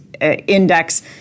Index